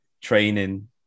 training